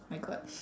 my god